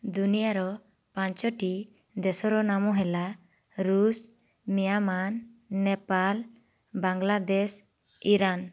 ଦୁନିଆର ପଞ୍ଚୋଟି ଦେଶର ନାମ ହେଲା ରୁଷ ମିଆଁମାର୍ ନେପାଳ ବାଙ୍ଗଲାଦେଶ ଇରାନ୍